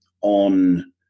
on